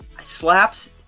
slaps